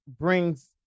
brings